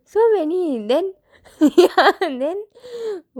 so many then then